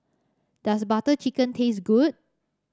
does Butter Chicken taste good